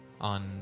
on